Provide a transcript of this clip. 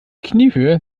kniehöhe